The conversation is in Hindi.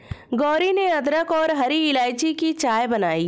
गौरी ने अदरक और हरी इलायची की चाय बनाई